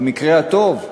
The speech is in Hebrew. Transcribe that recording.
במקרה הטוב,